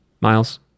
miles